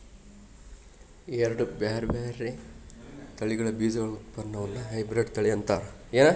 ಎರಡ್ ಬ್ಯಾರ್ಬ್ಯಾರೇ ತಳಿಗಳ ಬೇಜಗಳ ಉತ್ಪನ್ನವನ್ನ ಹೈಬ್ರಿಡ್ ತಳಿ ಅಂತ ಕರೇತಾರ